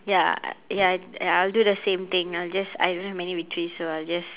ya ya ya I'll do the same thing I'll just I don't have many victories so I'll just